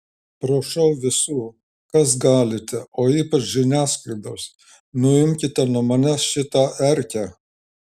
prašau visų kas galite o ypač žiniasklaidos nuimkite nuo manęs šitą erkę